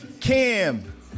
Cam